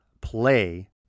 play